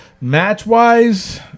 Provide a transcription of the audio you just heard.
match-wise